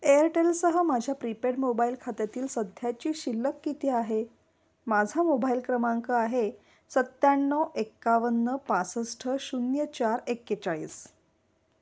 एअरटेलसह माझ्या prepaid mobile खात्यातील सध्याची शिल्लक किती आहे माझा मोभाईल क्रमांक आहे सत्त्याण्णव एक्कावन्न पासष्ट शून्य चार एक्केचाळीस